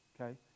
okay